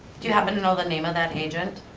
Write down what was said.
do you happen to know the name of that agent?